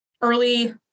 early